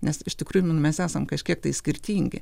nes iš tikrųjų mes esam kažkiek tai skirtingi